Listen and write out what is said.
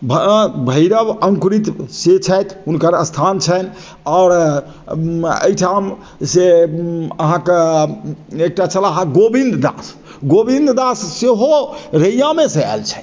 भैरव अङ्कुरित से छथि हुनकर स्थान छैन्ह आओर एहिठाम से अहाँके एकटा छलाह ए गोविन्द दास गोविन्द दास सेहो रैयामेसँ आयल छथि